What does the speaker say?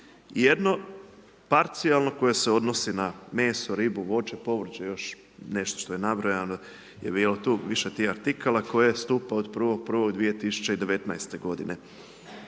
Jedno parcijalno koje se odnosi na meso, ribu, voće, povrće još nešto što je nabrojano je bilo tu, više tih artikala koje stupa od 1.1.2019. godine.